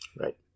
Right